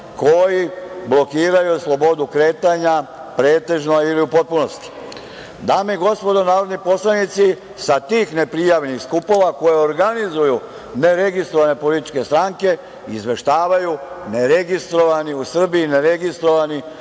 koji blokiraju slobodu kretanja pretežno ili u potpunosti. Dame i gospodo narodni poslanici, sa tih neprijavljenih skupova koje organizuju neregistrovane političke stranke, izveštavaju neregistrovani u Srbiji televizijski